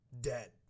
dead